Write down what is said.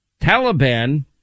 Taliban